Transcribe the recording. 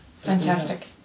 Fantastic